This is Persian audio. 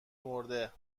مرده